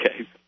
okay